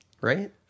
Right